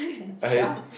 I